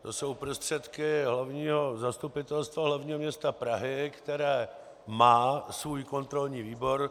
To jsou prostředky Zastupitelstva hlavního města Prahy, které má svůj kontrolní výbor.